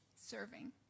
serving